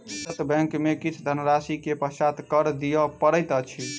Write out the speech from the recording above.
बचत बैंक में किछ धनराशि के पश्चात कर दिअ पड़ैत अछि